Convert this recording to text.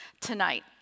tonight